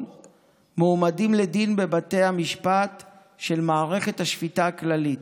מועמדים לדין בבתי המשפט של מערכת השפיטה הכללית.